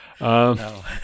No